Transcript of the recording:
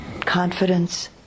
confidence